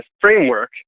framework